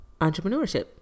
entrepreneurship